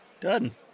Done